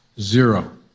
Zero